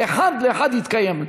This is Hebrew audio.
אחד לאחד התקיים,